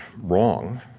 wrong